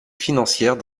financière